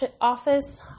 office